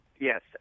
Yes